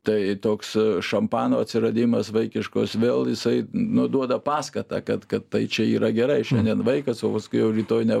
tai toks šampano atsiradimas vaikiškos vėl jisai nu duoda paskatą kad kad tai čia yra gerai šiandien vaikas o paskui jau rytoj ne